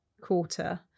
quarter